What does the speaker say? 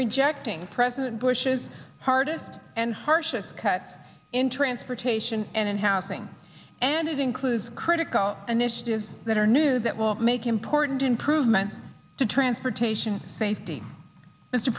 rejecting president bush's hard and harshest cuts in transportation and housing and it includes critical initiatives that are new that will make important improvements to transportation safety mr